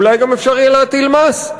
אולי גם אפשר יהיה להטיל מס.